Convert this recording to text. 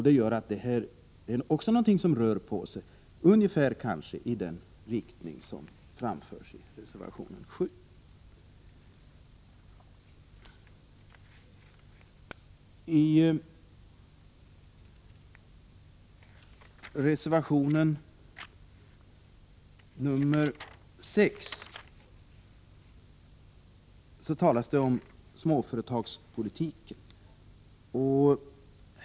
Det här är därför också någonting som rör på sig, kanske i ungefär den riktning som framförs i reservation 7. I reservation 6 talas det om småföretagspolitiken.